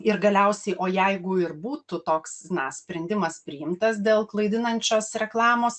ir galiausiai o jeigu ir būtų toks na sprendimas priimtas dėl klaidinančios reklamos